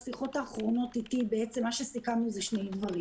בשיחות האחרונות עם שר הבריאות סיכמנו שני דברים